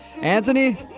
Anthony